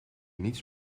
niets